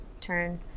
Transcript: turn